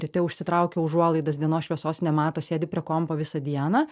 ryte užsitraukia užuolaidas dienos šviesos nemato sėdi prie kompo visą dieną